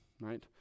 right